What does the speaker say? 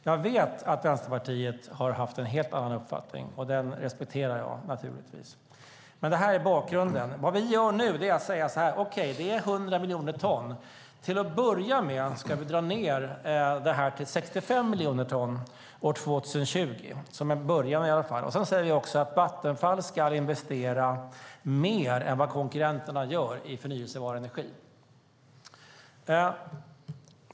Jag vet att Vänsterpartiet har haft en helt annan uppfattning, och den respekterar jag naturligtvis. Det här är bakgrunden. Vi säger: Okej, det är 100 miljoner ton. Till att börja med ska vi dra ned det till 65 miljoner ton år 2020. Det är en början i alla fall. Sedan säger vi att Vattenfall ska investera mer än vad konkurrenterna gör i förnybar energi.